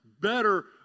better